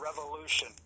revolution